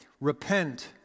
repent